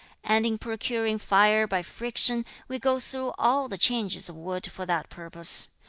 and, in procuring fire by friction, we go through all the changes of wood for that purpose.